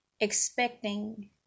expecting